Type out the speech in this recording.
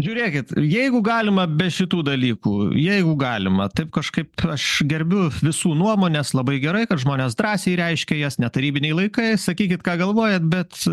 žiūrėkit jeigu galima be šitų dalykų jeigu galima taip kažkaip aš gerbiu visų nuomones labai gerai kad žmonės drąsiai reiškia jas ne tarybiniai laikai sakykit ką galvojat bet